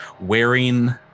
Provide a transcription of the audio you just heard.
wearing